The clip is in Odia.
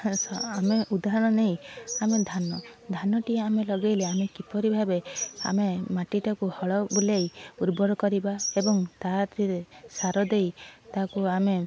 ଆମେ ଉଦାହରଣ ନେଇ ଆମେ ଧାନ ଧାନଟିଏ ଆମେ ଲଗାଇଲେ ଆମେ କିପରି ଭାବେ ଆମେ ମାଟିଟାକୁ ହଳ ବୁଲାଇ ଉର୍ବର କରିବା ଏବଂ ତାଦେହରେ ସାର ଦେଇ ତାକୁ ଆମେ